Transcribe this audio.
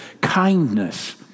kindness